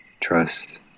trust